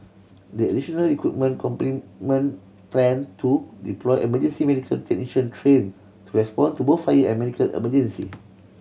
the additional equipment complement plan to deploy emergency medical technician trained to respond to both fire and medical emergencies